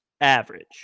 average